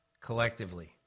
collectively